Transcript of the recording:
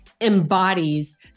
embodies